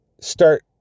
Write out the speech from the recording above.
start